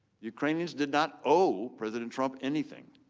ukrainians do not owe president trump anything.